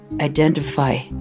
identify